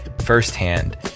firsthand